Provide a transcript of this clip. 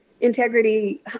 integrity